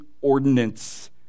ordinance